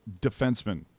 defenseman